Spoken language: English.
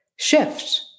shift